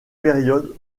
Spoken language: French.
période